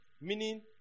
Meaning